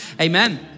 amen